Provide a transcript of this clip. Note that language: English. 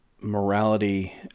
morality